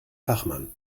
fachmann